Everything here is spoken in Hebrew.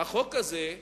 החוק הזה,